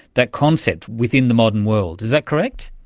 that concept within the modern world. is that correct?